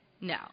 No